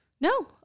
no